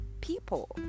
people